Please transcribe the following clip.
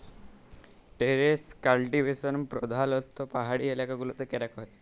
terrace cultivation প্রধালত্ব পাহাড়ি এলাকা গুলতে ক্যরাক হ্যয়